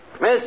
Miss